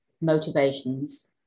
motivations